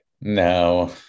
No